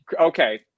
okay